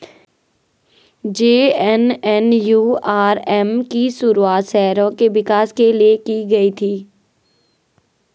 JNNURM की शुरुआत शहरों के विकास के लिए की गई थी